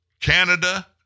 Canada